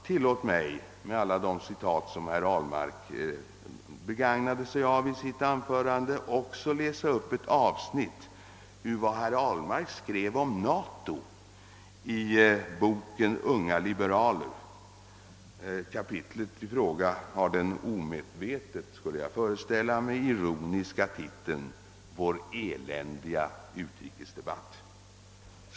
Tillåt mig att, efter alla de citat som herr Ahlmark begagnade sig av i sitt anförande, också läsa upp ett avsnitt av vad herr Ahlmark skrev om NATO i boken Unga liberaler. Kapitlet i fråga har den, omedvetet skulle jag föreställa mig, ironiska titeln Vår eländiga utrikesdebatt.